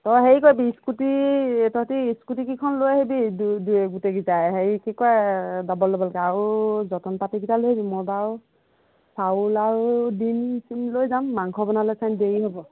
তই হেৰি কৰিবি স্কুটি তহঁতি স্কুটিকিখন লৈ আহিবি দুই দুই গোটেইকিটাই হেৰি কি কয় ডাবল ডাবলকৈ আৰু যতন পাতিকেইটা লৈ আহিবি মই বাৰু চাউল আৰু ডিম চিম লৈ যাম মাংস বনালে ছাগৈ দেৰি হ'ব